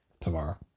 tomorrow